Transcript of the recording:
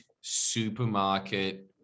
supermarket